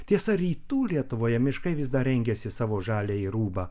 tiesa rytų lietuvoje miškai vis dar rengiasi savo žaliąjį rūbą